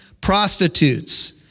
prostitutes